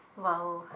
!wow!